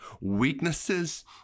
weaknesses